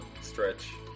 stretch